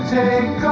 take